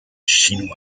chinoise